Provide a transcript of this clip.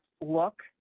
look